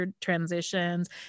transitions